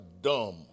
dumb